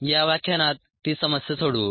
या व्याख्यानात ती समस्या सोडवू